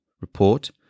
report